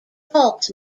faults